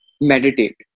meditate